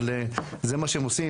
אבל זה מה שהם עושים.